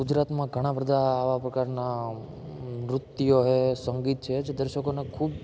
ગુજરાતમાં ઘણાં બધા આવાં પ્રકારનાં નૃત્યો છે સંગીત છે જે દર્શકોને ખૂબ